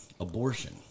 abortion